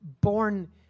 born